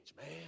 man